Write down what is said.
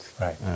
right